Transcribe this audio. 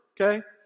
Okay